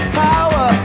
power